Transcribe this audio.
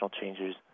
changes